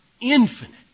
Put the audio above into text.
infinite